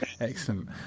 Excellent